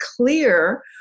clear